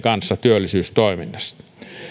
kanssa työllisyystoiminnasta